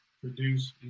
produce